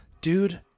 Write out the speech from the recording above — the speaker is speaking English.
Dude